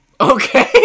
Okay